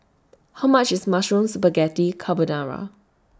How much IS Mushroom Spaghetti Carbonara